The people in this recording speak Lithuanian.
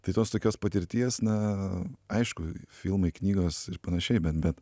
tai tos tokios patirties na aišku filmai knygos ir panašiai bet bet